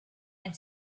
and